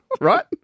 Right